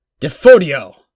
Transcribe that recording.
Defodio